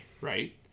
right